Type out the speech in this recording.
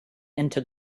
into